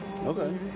Okay